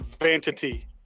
vanity